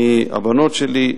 מהבנות שלי,